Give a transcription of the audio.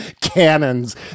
cannons